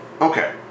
Okay